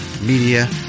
Media